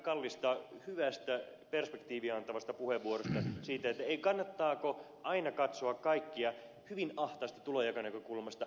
kallista hyvästä perspektiiviä antavasta puheenvuorosta sen suhteen kannattaako aina katsoa kaikkea hyvin ahtaasti tulonjakonäkökulmasta